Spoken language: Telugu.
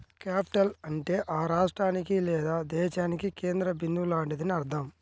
క్యాపిటల్ అంటే ఆ రాష్ట్రానికి లేదా దేశానికి కేంద్ర బిందువు లాంటిదని అర్థం